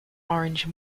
orange